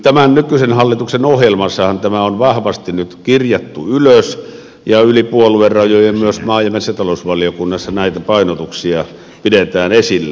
tämän nykyisen hallituksen ohjelmassahan tämä on vahvasti nyt kirjattu ylös ja yli puoluerajojen myös maa ja metsätalousvaliokunnassa näitä painotuksia pidetään esillä